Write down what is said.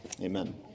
Amen